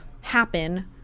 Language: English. happen